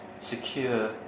secure